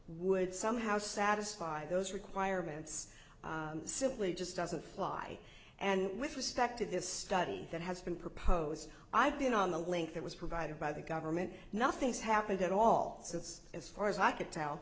would somehow satisfy those requirements simply just doesn't fly and with respect to this study that has been proposed i've been on the link that was provided by the government nothing's happened at all since as far as i could tell